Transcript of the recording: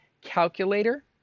calculator